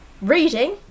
Reading